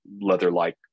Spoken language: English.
leather-like